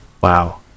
Wow